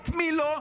מי לא?